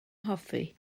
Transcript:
hoffi